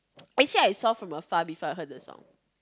actually I saw from afar before I heard the song